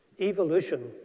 Evolution